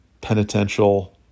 penitential